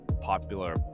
popular